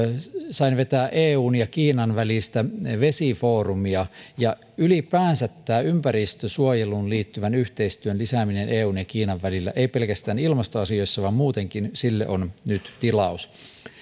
sain vetää eun ja kiinan välistä vesifoorumia ja ylipäänsä ympäristönsuojeluun liittyvän yhteistyön lisäämiselle eun ja kiinan välillä ei pelkästään ilmastoasioissa vaan muutenkin on nyt tilaus